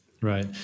Right